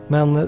Men